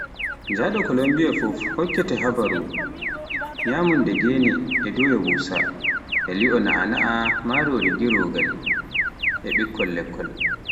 Njaɗo Kolumbiya fuf, hokkete habaruu, nyamunda gene, e doya busa, li'o na'ana e marori gerogal, e ɓikkol lekkol.